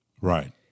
right